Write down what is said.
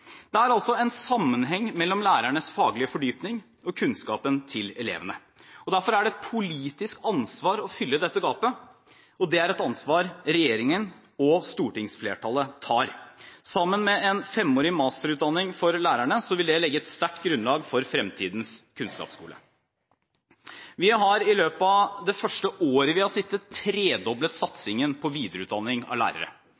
Det er altså en sammenheng mellom lærernes faglige fordypning og kunnskapen til elevene. Derfor er det et politisk ansvar å fylle dette gapet, og det er et ansvar regjeringen og stortingsflertallet tar. Sammen med en 5-årig masterutdanning for lærerne vil det legge et sterkt grunnlag for fremtidens kunnskapsskole. Vi har i løpet av det første året vi har sittet, tredoblet